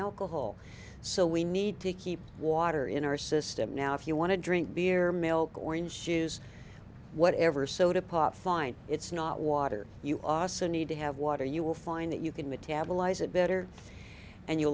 alcohol so we need to keep water in our system now if you want to drink beer milk orange shoes whatever soda pop fine it's not water you are so need to have water you will find that you can metabolize it better and you